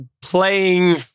playing